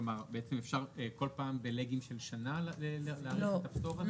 כל פעם ב"לגים" של שנה להאריך את הפטור הזה?